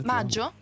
Maggio